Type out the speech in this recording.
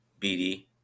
BD